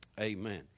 Amen